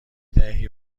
دهی